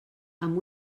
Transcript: amb